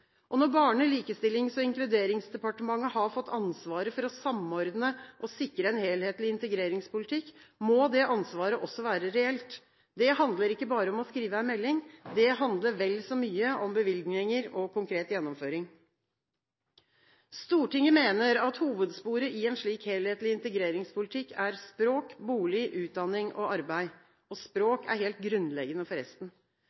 rekkefølge. Når Barne-, likestillings- og inkluderingsdepartementet har fått ansvaret for å samordne og sikre en helhetlig integreringspolitikk, må det ansvaret også være reelt. Det handler ikke bare om å skrive en melding, det handler vel så mye om bevilgninger og konkret gjennomføring. Stortinget mener at hovedsporet i en slik helhetlig integreringspolitikk er språk, bolig, utdanning og arbeid.